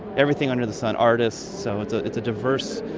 everything under the sun, artists, so it's ah it's a diverse,